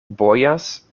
bojas